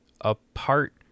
apart